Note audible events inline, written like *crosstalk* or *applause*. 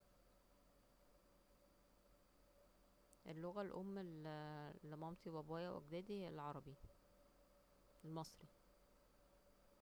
اللغة الام *hesitation* لمامتي وبابايا واجدادي العربي المصري